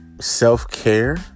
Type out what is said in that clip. self-care